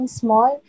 small